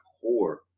core